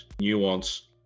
nuance